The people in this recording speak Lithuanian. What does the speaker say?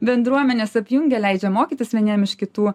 bendruomenes apjungia leidžia mokytis vieniem iš kitų